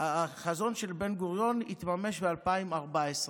החזון של בן-גוריון התממש ב-2014.